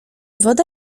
woda